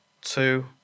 two